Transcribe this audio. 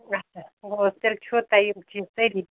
اچھا گوٚو تیٚلہِ چھُو تۄہہِ یِم چیٖز سٲری